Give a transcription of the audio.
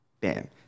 Bam